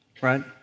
right